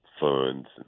funds